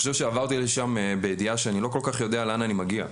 עברתי לשם בידיעה שאני לא כל כך יודע לאן אני מגיע.